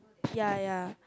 ya ya